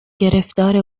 گرفتار